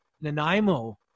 Nanaimo